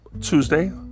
Tuesday